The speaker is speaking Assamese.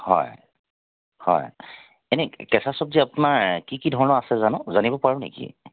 হয় হয় এনেই কেঁচা চব্জি আপোনাৰ কি কি ধৰণৰ আছে জানো জানিব পাৰোঁ নেকি